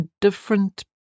different